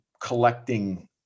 collecting